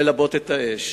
ללבות את האש